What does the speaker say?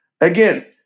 Again